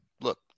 Look